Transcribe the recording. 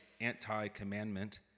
anti-commandment